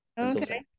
Okay